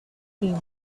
team